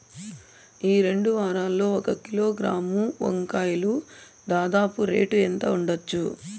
ఈ రెండు వారాల్లో ఒక కిలోగ్రాము వంకాయలు దాదాపు రేటు ఎంత ఉండచ్చు?